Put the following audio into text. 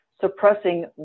suppressing